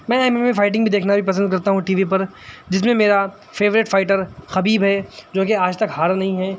میں M M A fighting دیکھنا پسند کرتا ہوں ٹی وی پر جس میں میرا فیوریٹ فائٹر خبیب ہے جو کی آج تک ہارا نہیں ہے